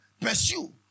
Pursue